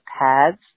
pads